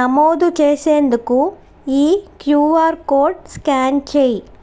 నమోదు చేసేందుకు ఈ క్యూఆర్ కోడ్ స్క్యాన్ చెయ్యి